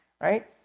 Right